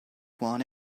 want